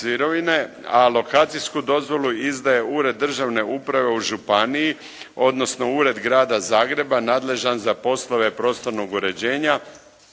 a lokacijsku dozvolu izdaje državni ured u županiji, odnosno Ured Grada Zagreba nadležan za poslove prostornog uređenja